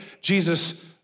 Jesus